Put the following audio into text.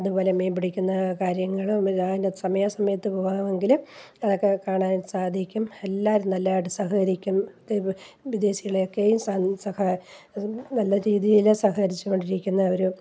അതുപോലെ മീൻ പിടിക്കുന്ന കാര്യങ്ങൾ അതിൻ്റെ സമയാസമയത്ത് പോകാമെങ്കിൽ അതൊക്കെ കാണാൻ സാധിക്കും എല്ലാവരും നല്ലതായിട്ട് സഹകരിക്കും വിദേശികളൊക്കെയും നല്ല രീതിയിൽ സഹകരിച്ചു കൊണ്ടിരിക്കുന്ന ഒരു